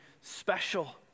special